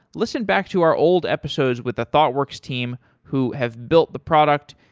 listen back to our old episodes with the thoughtworks team, who have built the product.